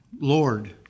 Lord